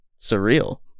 surreal